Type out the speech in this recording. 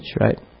right